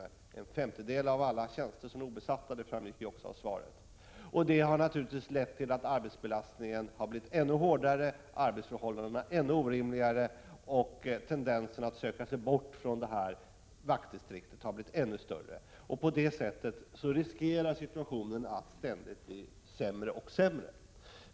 En femtedel av alla tjänster är nu obesatta, vilket också framgår av svaret. Detta har naturligtvis lett till att arbetsbelastningen blivit ännu hårdare, arbetsförhållandena ännu orimligare och tendensen att söka sig bort från detta vaktdistrikt ännu tydligare. På det sättet riskerar situationen att ständigt bli sämre.